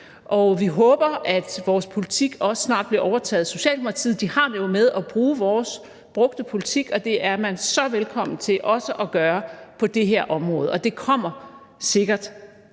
og vi håber, at vores politik også snart bliver overtaget af Socialdemokratiet. De har det jo med at bruge vores brugte politik, og det er man så velkommen til også at gøre på det her område. Det kommer sikkert